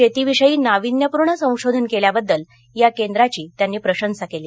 शेतीविषयी नावीन्यपूर्ण संशोधन केल्याबद्दल या केंद्राची त्यांनी प्रशंसा केली